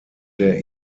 der